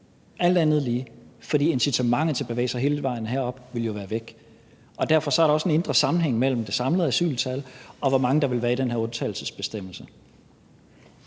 alt andet lige – fordi incitamentet til at bevæge sig hele vejen herop jo vil være væk. Og derfor er der også en indre sammenhæng mellem det samlede asyltal, og hvor mange der vil være i den her undtagelsesbestemmelse.